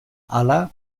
hala